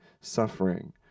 suffering